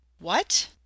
What